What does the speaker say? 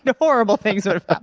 and horrible things would have